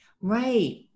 Right